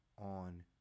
on